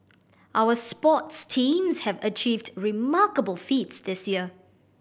our sports teams have achieved remarkable feats this year